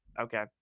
okay